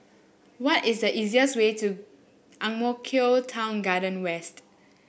what is the easiest way to Ang Mo Kio Town Garden West